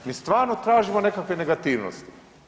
Mi stvarno tražimo nekakve negativnosti.